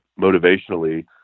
motivationally